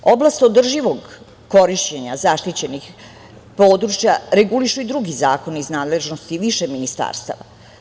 Oblast održivog korišćenja zaštićenih područja regulišu i drugi zakoni iz nadležnosti više ministarstava.